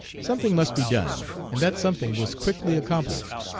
something must be done, and that something was quickly accomplished.